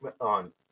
on